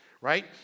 right